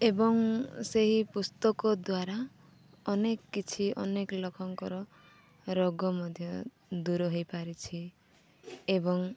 ଏବଂ ସେହି ପୁସ୍ତକ ଦ୍ୱାରା ଅନେକ କିଛି ଅନେକ ଲୋକଙ୍କର ରୋଗ ମଧ୍ୟ ଦୂର ହେଇପାରିଛି ଏବଂ